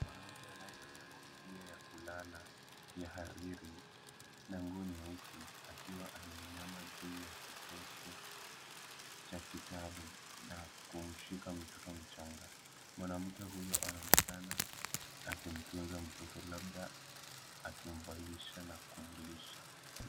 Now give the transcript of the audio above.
Mwanamke anayevali kofia ya kulala ya hariri, na nguo nyeusi, akiwa ameinama juu ya kitoto cha kitaru, na kumshika mtoto mchanga. Mwanamke huyo anaonekana akimtunza mtoto, labda akimvalisha na kumlisha.